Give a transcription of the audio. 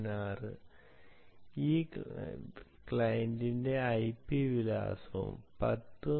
16 ഈ ക്ലയന്റിന്റെ ഐപി വിലാസവും 10